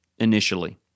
initially